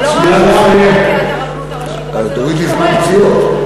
זה לא רק, אז תוריד לי זמן פציעות.